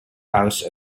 house